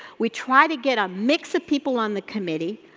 we try to get a mix of people on the committee,